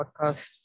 Podcast